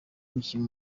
umukinnyi